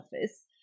office